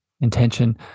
Intention